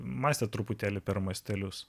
mąstę truputėlį per mastelius